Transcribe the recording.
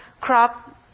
crop